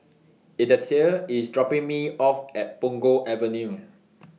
Edythe IS dropping Me off At Punggol Avenue